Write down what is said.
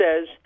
says